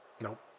nope